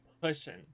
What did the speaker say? pushing